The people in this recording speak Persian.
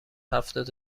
هفتاد